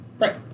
Right